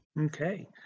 Okay